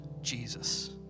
Jesus